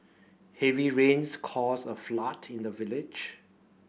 heavy rains caused a flood in the village